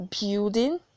building